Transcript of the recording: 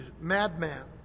madman